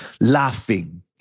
laughing